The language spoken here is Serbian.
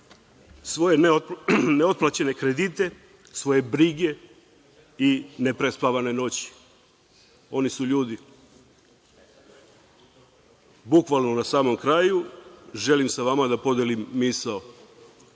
svoje neotplaćene kredite, svoje brige i neprospavane noći. Oni su ljudi. Bukvalno na samom kraju, želim sa vama da podelim misao